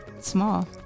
Small